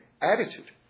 attitude